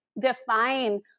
define